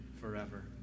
forever